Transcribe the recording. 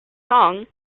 song